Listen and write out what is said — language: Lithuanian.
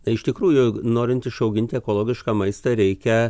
tai iš tikrųjų norint išauginti ekologišką maistą reikia